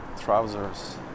trousers